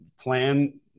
plan